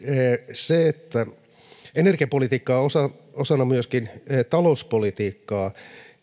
energiapolitiikka on osana myöskin talouspolitiikkaa